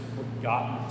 forgotten